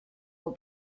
will